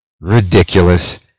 ridiculous